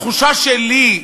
התחושה שלי,